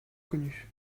connue